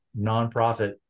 nonprofit